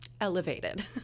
elevated